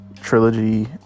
trilogy